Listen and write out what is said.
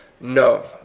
No